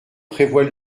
prévoit